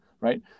right